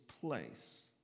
place